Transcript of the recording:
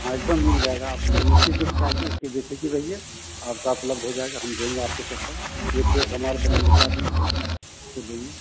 हाँ एकदम मिल जाएगा आप निश्चित रूप से आइए इसके बेफिक्र रहिए आपका उपलब्ध हो जाएगा हम देंगे आपको चप्पल ये फेक हमारे ब्रांड का भी है तो देंगे